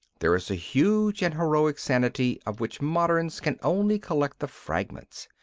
there is a huge and heroic sanity of which moderns can only collect the fragments.